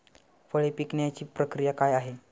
फळे पिकण्याची प्रक्रिया काय आहे?